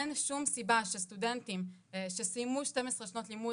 אין שום סיבה שסטודנטים שסיימו 12 שנות לימוד